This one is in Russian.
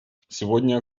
сегодня